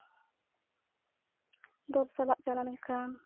ᱫᱚᱞ ᱥᱟᱞᱟᱜ ᱪᱟᱞᱟ ᱞᱮᱱᱠᱷᱟᱱ